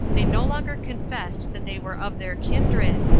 they no longer confessed that they were of their kindred,